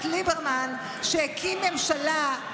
בבקשה.